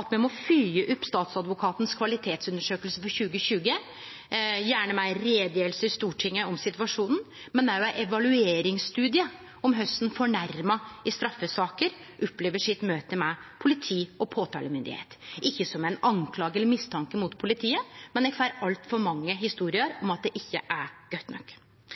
at me må fylgje opp statsadvokatens kvalitetsundersøking frå 2020 – gjerne med ei utgreiing i Stortinget om situasjonen, men òg ein evalueringstudie om korleis fornærma i straffesaker opplever møtet sitt med politi og påtalemakt. Det er ikkje som ei klage eller mistanke mot politiet, men eg får altfor mange historier om at det ikkje er godt nok.